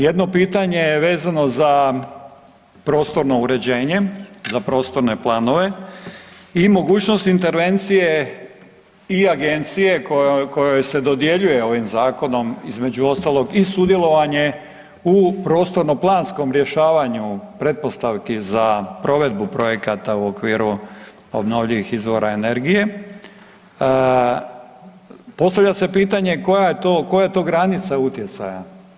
Jedno pitanje je vezano za prostorno uređenje za prostorne planove i mogućnost intervencije i agencije kojoj se dodjeljuje ovim zakonom između ostalog i sudjelovanje u prostorno planskom rješavanju pretpostavki za provedbu projekata u okviru obnovljivih izvora energije, postavlja se pitanje koja je to, koja je to granica utjecaja?